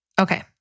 Okay